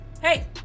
Hey